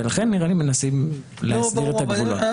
ולכן מנסים להסדיר את הגבולות.